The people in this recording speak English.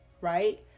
right